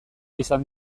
izan